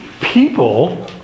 people